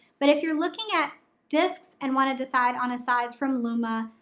but if you're looking at discs and wanna decide on a size from lumma,